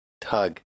tug